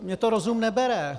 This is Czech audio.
Mně to rozum nebere.